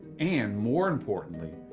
and more importantly,